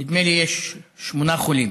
נדמה לי שיש שמונה חולים